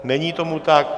Není tomu tak.